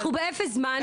אנחנו באפס זמן.